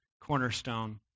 cornerstone